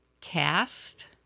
Cast